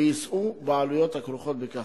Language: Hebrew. ויישאו בעלויות הכרוכות בכך.